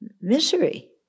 Misery